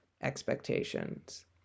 expectations